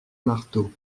marteaux